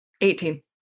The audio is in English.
Eighteen